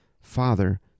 Father